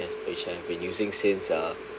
has which I've been using since uh